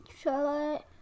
Charlotte